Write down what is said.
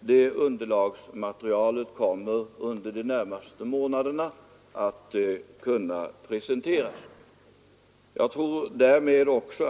1975 kommer att kunna presenteras under de närmaste månaderna.